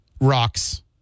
rocks